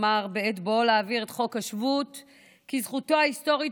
אמר בעת בואו להעביר את חוק השבות כי זכותו ההיסטורית